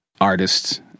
artists